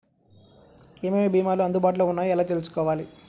ఏమేమి భీమాలు అందుబాటులో వున్నాయో ఎలా తెలుసుకోవాలి?